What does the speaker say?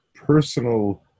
Personal